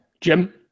Jim